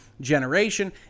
generation